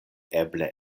eble